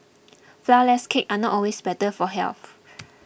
Flourless Cakes are not always better for health